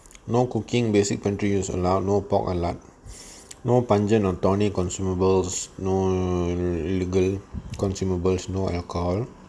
no cooking basic pantry is allowed no pork and lard no pungent or tonic consumables no illegal consumables no alcohol